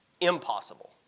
impossible